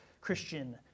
Christian